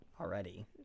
Already